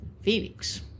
Phoenix